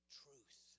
truth